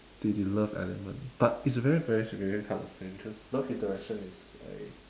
the the love element but it's very very very hard to say because love interaction is a